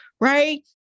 right